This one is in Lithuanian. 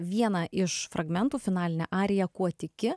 vieną iš fragmentų finalinę ariją kuo tiki